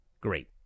Great